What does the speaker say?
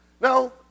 No